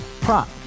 prop